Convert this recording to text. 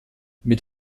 mit